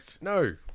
No